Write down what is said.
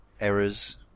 errors